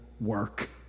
work